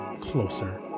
closer